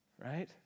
right